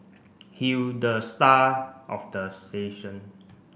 he'll the star of the